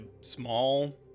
small